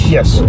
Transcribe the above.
Yes